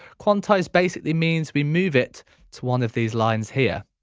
quantise basically means we move it to one of these lines here.